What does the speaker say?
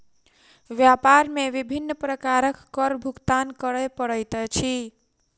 व्यापार मे विभिन्न प्रकारक कर भुगतान करय पड़ैत अछि